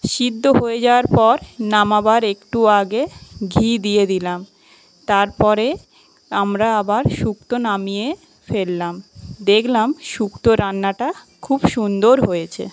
সিদ্ধ হয়ে যাওয়ার পর নামাবার একটু আগে ঘি দিয়ে দিলাম তারপরে আমরা আবার সুক্তো নামিয়ে ফেললাম দেখলাম সুক্তো রান্নাটা খুব সুন্দর হয়েছে